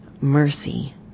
mercy